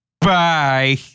Bye